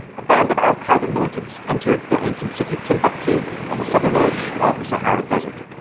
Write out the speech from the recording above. a band of al-qaeda militants entered the ancient city of timbuktu on the southern edge of the sahara desert.